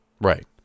Right